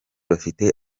bafite